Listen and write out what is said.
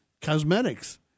Cosmetics